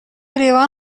لیوان